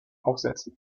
aufsetzen